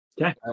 Okay